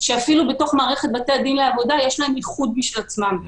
שאפילו בתוך מערכת בתי הדין לעבודה יש להם ייחוד משל עצמם.